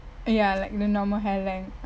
ya like the normal hair length